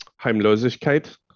Heimlosigkeit